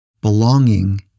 Belonging